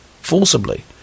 forcibly